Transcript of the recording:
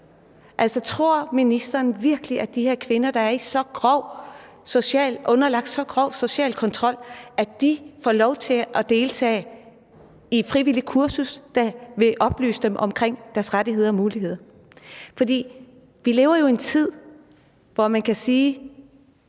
kursus. Tror ministeren virkelig, at de her kvinder, der er underlagt så grov social kontrol, får lov til at deltage i et frivilligt kursus, der vil oplyse dem om deres rettigheder og muligheder? Vi lever jo i en tid, hvor man kan sige